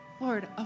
Lord